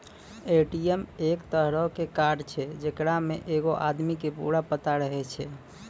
ATM एक तरहो के कार्ड छै जेकरा मे एगो आदमी के पूरा पता रहै छै